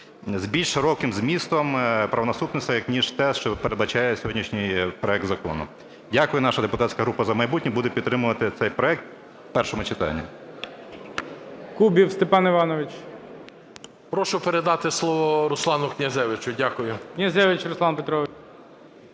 з більш широким змістом правонаступництва, ніж те, що передбачає сьогоднішній проект закону. Дякую. Наша депутатська група "За майбутнє" буде підтримувати цей проект у першому читанні.